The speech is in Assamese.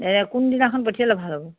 কোনদিনাখন পঠিয়ালে ভাল হ'ব